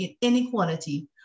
inequality